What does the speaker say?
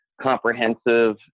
comprehensive